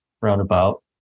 roundabout